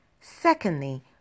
Secondly